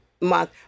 Month